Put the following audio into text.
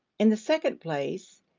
in the second place,